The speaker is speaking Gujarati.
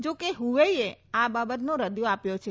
જોકે હુવેઈએ આ બાબતનો રદિયો આપ્યો છે